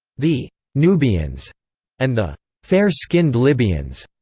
the nubians and the fair-skinned libyans.